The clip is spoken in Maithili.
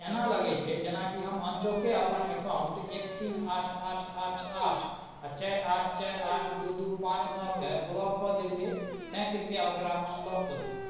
एना लगै छै जेनाकि हम अनचोकहि अपन एकाउण्ट एक तीन आठ आठ आठ आठ आओर चारि आठ चारि आठ दुइ दुइ पाँच नओके ब्लॉक कऽ देलिए तेँ कृपया ओकरा अनलॉक करू